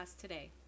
today